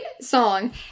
song